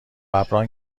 ﺑﺒﺮﺍﻥ